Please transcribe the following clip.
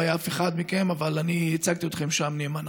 לא היה אף אחד מכם, אבל אני ייצגתי אתכם שם נאמנה.